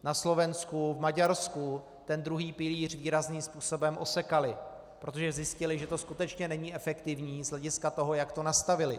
Na Slovensku, v Maďarsku ten druhý pilíř výrazným způsobem osekali, protože zjistili, že to skutečně není efektivní z hlediska toho, jak to nastavili.